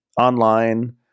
online